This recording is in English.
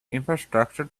infrastructure